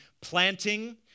planting